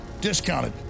discounted